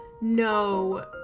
no